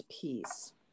peace